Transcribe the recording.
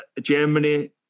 Germany